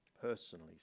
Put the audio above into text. personally